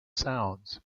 sounds